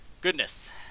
Goodness